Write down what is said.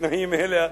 בתנאים אלה,